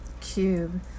cube